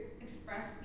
express